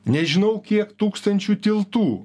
nežinau kiek tūkstančių tiltų